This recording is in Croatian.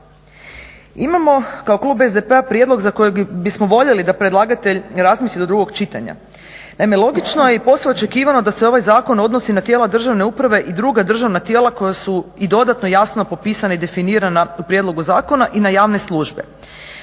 Imamo kao klub SDP-a prijedlog za kojeg bismo voljeli da predlagatelj razmisli do drugog čitanja, naime, logično je i posve očekivano da se ovaj zakon odnosi na tijela državne uprave i druga državna tijela koja su i dodatno jasno popisana i definirana u prijedlogu zakona i na javne službe.